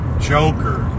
Joker